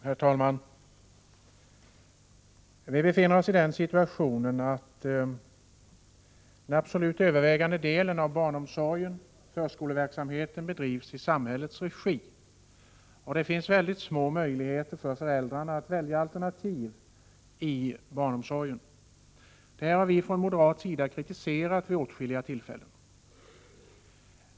Herr talman! Vi befinner oss i den situationen att den absolut övervägande delen av barnomsorgen och förskoleverksamheten bedrivs i samhällets regi. Det finns väldigt små möjligheter för föräldrarna att välja alternativ när det gäller barnomsorgen. Från moderat håll har vi kritiserat detta förhållande vid åtskilliga tillfällen.